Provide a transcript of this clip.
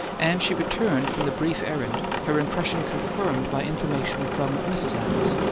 and she returned from the brief errand, her impression confirmed by information from mrs. adams.